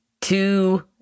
two